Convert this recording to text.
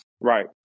Right